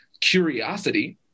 curiosity